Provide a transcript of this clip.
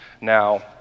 Now